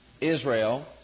Israel